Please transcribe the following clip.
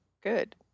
Good